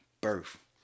birth